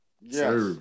Yes